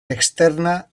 externa